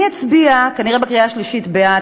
אני אצביע כנראה בקריאה השלישית בעד